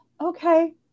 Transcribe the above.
okay